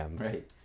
Right